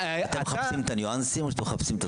אתם מחפשים את הניואנסים או שאתם מחפשים את התוצאה?